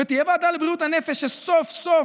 ותהיה ועדה לבריאות הנפש, שסוף-סוף,